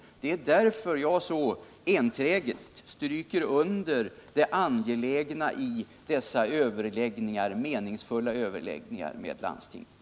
Det är därför som jag så enträget stryker under det angelägna i dessa meningsfulla överläggningar med landstingen.